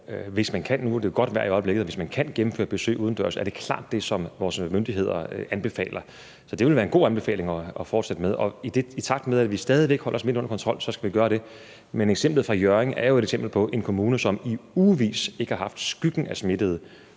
er det jo godt vejr i øjeblikket – er det klart det, som vores myndigheder anbefaler. Så det vil være en god anbefaling at fortsætte med at følge. Og i takt med at vi stadig væk holder smitten under kontrol, skal vi gøre det. Men eksemplet fra Hjørring er jo et eksempel på en kommune, som i ugevis ikke har haft skyggen af smittede,